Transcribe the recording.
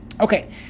Okay